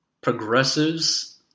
progressives